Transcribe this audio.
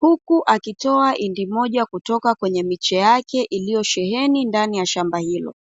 huku akitoa hindi moja kutoka kwneye miche yake iiyosheheni ndani ya shamba hilo.